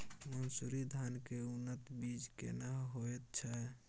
मन्सूरी धान के उन्नत बीज केना होयत छै?